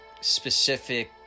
specific